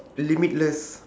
limitless